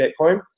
bitcoin